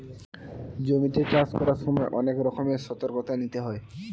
জমিতে চাষ করার সময় অনেক রকমের সতর্কতা নিতে হয়